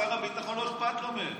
שר הביטחון, לא אכפת לו מהם.